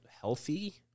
healthy